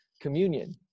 Communion